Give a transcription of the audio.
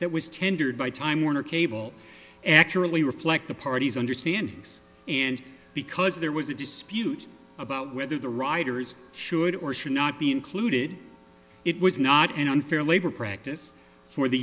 that was tendered by time warner cable accurately reflect the parties understand he's and because there was a dispute about whether the riders should or should not be included it was not an unfair labor practice for the